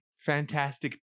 fantastic